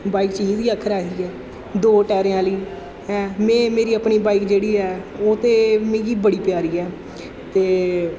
bike चीज गै आखर ऐसी ऐ दो टैरें आह्ली हैं में मेरी अपनी बाइक जेह्ड़ी ऐ ओह् ते मिगी बड़ी प्यारी ऐ ते